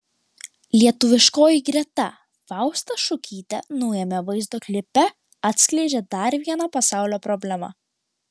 lietuviškoji greta fausta šukytė naujame vaizdo klipe atskleidžia dar vieną pasaulio problemą